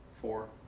Four